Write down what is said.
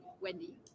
Wendy